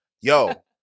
Yo